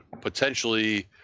potentially